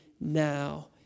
now